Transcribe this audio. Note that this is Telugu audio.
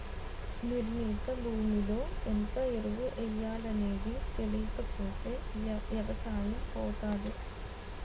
నిర్ణీత భూమిలో ఎంత ఎరువు ఎయ్యాలనేది తెలీకపోతే ఎవసాయం పోతాది